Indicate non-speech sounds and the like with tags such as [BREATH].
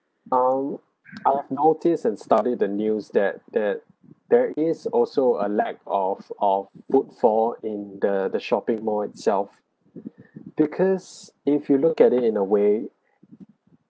um I have notice and study the news that that there is also a lack of of footfall in the the shopping mall itself [BREATH] because if you look at it in a way